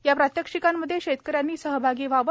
याप्रात्यक्षिकामध्ये शेतकऱ्यांनी सहभागी व्हावे